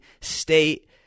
state